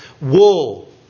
wool